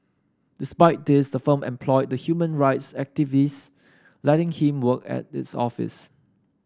despite this the firm employed the human rights activist letting him work at its office